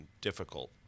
difficult